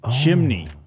chimney